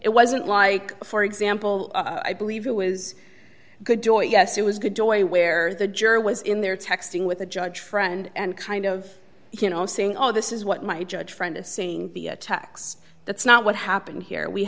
it wasn't like for example i believe it was good boy yes it was good joy where the jury was in there texting with the judge friend and kind of you know saying oh this is what my judge friend of saying the attacks that's not what happened here we